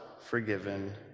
forgiven